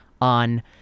on